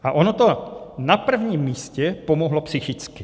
A ono to na prvním místě pomohlo psychicky.